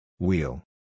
Wheel